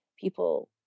People